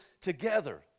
together